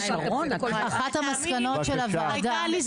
נציגת היוהל"ם שלנו תתייחס לפרויקטים באמת מדהימים.